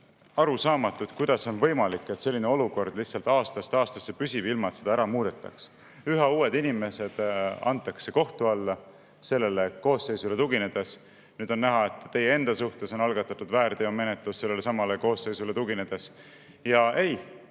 arusaamatu, kuidas on võimalik, et selline olukord lihtsalt aastast aastasse püsib, ilma et seda muudetaks. Üha uued inimesed antakse kohtu alla sellele koosseisule tuginedes. Nüüd on teada, et ka teie enda suhtes on algatatud väärteomenetlus sellelesamale koosseisule tuginedes. Kõik